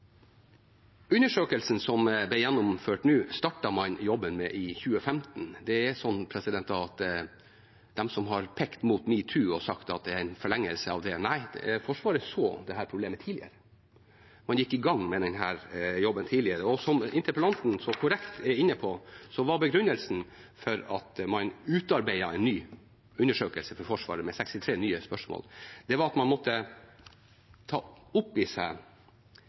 i 2015. Til dem som har pekt mot metoo og sagt at det er en forlengelse av det – nei, Forsvaret så dette problemet tidligere. Man gikk i gang med den jobben tidligere. Som interpellanten så korrekt er inne på, var begrunnelsen for å utarbeide en ny undersøkelse for Forsvaret, med 63 nye spørsmål, at man måtte ta opp i seg